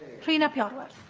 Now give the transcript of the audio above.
rhun ap iorwerth